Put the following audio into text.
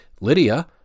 Lydia